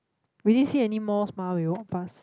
we didn't see any malls mah we walk pass